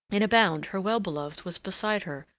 in a bound her well-beloved was beside her,